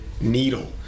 needle